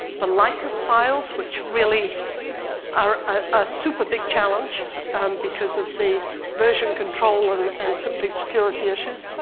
for license files, which really are a super big challenge because of the version control um and simply security issues.